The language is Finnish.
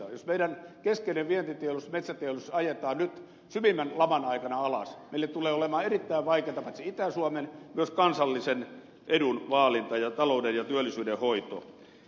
jos meidän keskeinen vientiteollisuutemme metsäteollisuus ajetaan nyt syvimmän laman aikana alas meille tulee olemaan erittäin vaikeata paitsi itä suomen myös kansallisen edun vaalinta ja talouden ja työllisyyden hoito